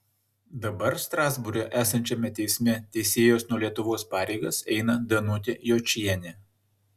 dabar strasbūre esančiame teisme teisėjos nuo lietuvos pareigas eina danutė jočienė